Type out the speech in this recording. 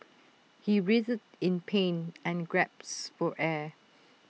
he writhed in pain and gasped for air